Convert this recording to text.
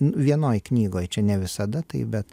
vienoj knygoj čia ne visada taip bet